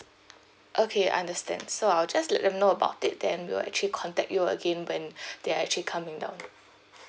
okay understand so I'll just let them know about it then we will actually contact you again when they're actually coming down